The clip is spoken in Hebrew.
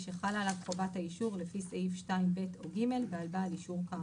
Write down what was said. שחלה עליו חובת האישור לפי סעיף 2(ב) או (ג) ועל בעל אישור כאמור.